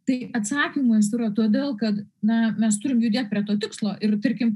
tai atsakymas yra todėl kad na mes turim judėt prie to tikslo ir tarkim